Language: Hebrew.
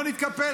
לא נתקפל.